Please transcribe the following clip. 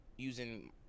Using